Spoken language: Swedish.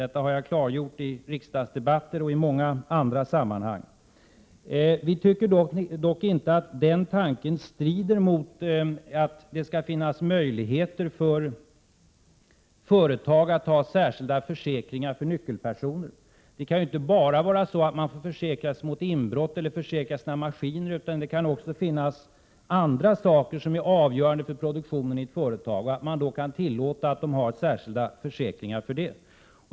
Detta har jag klargjort i riksdagsdebatter och i många andra sammanhang. Vi tycker dock inte att den tanken strider mot att det skall finnas möjligheter för företag att ha särskilda försäkringar för nyckelpersoner. Det kan inte bara vara så att man får försäkra sig mot inbrott eller försäkra sina maskiner, utan det kan också finnas andra saker som är avgörande för produktionen i ett företag. Man skall då tillåta att företagen får ha särskilda försäkringar för det.